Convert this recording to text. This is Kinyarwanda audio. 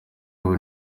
ubu